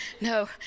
no